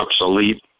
obsolete